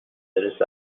استرس